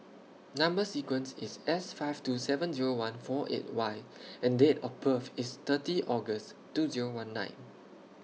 Number sequence IS S five two seven Zero one four eight Y and Date of birth IS thirty August two Zero one nine